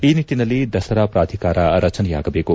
ಈ ನಿಟ್ಟಿನಲ್ಲಿ ದಸರಾ ಪ್ರಾಧಿಕಾರ ರಚನೆಯಾಗಬೇಕು